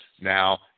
Now